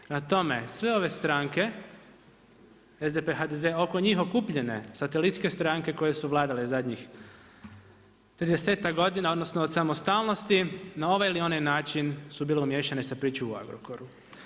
Prema tome, sve ove stranke, SDP, HDZ, oko njih okupljanje, satelitske stranke koje su vladale zadnjih 30-tak godina, odnosno, od samostalnosti, na ovaj ili onaj način su bile umiješane sa pričom u Agrokoru.